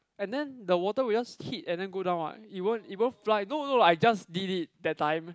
and then the water will just hit and then go down what it won't it won't fly no no I just did it that time